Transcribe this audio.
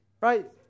right